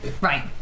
right